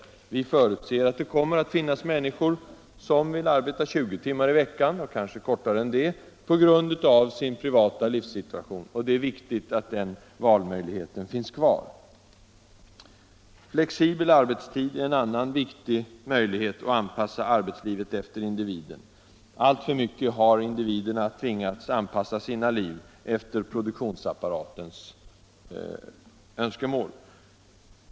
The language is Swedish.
Vi förutser att det kommer att finnas människor som vill arbeta 20 timmar i veckan eller kanske kortare tid på grund av sin personliga livssituation. Det är viktigt att den valmöjligheten finns kvar. Flexibel arbetstid är en annan möjlighet att anpassa arbetslivet efter individen. Alltför mycket har individerna tvingats anpassa sina liv efter produktionsapparatens krav.